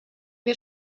wir